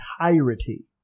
entirety